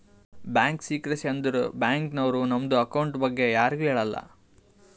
bank secrecy ಅಂದುರ್ bank ನವ್ರು ನಮ್ದು ಅಕೌಂಟ್ ಬಗ್ಗೆ ಯಾರಿಗು ಹೇಳಲ್ಲ